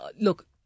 look